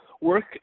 Work